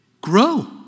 grow